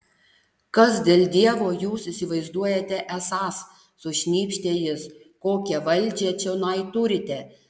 kas dėl dievo jūs įsivaizduojate esąs sušnypštė jis kokią valdžią čionai turite